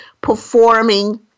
performing